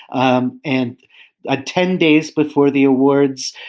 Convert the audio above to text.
um and ah ten days before the awards,